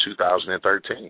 2013